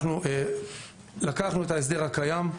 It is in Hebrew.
לקחנו את ההסדר הקיים,